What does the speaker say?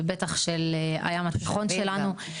ובטח של הים התיכון שלנו.